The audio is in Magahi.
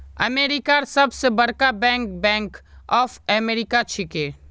अमेरिकार सबस बरका बैंक बैंक ऑफ अमेरिका छिके